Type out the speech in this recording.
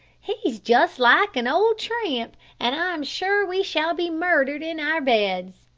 he's just like an old tramp, and i'm sure we shall be murdered in our beds.